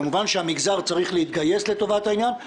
כמובן שהמגזר צריך להתגייס לטובת העניין.